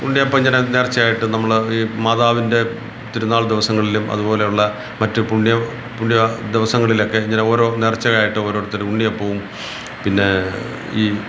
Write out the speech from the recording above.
ഉണ്ണിയപ്പം ഇങ്ങനെ നേർച്ച ആയിട്ട് നമ്മൾ ഈ മാതാവിന്റെ തിരുനാൾ ദിവസങ്ങളിലും അതുപോലെയുള്ള മറ്റ് പുണ്യ പുണ്യ ദിവസങ്ങളിലൊക്കെ ഇങ്ങനെ ഓരോ നേർച്ചയായിട്ട് ഓരോരുത്തരും ഉണ്ണിയപ്പവും പിന്നെ ഈ